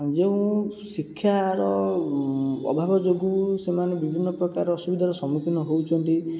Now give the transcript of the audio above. ଯେଉଁ ଶିକ୍ଷାର ଅଭାବ ଯୋଗୁଁ ସେମାନେ ବିଭିନ୍ନ ପ୍ରକାର ଅସୁବିଧାର ସମ୍ମୁଖୀନ ହେଉଛନ୍ତି